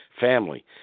family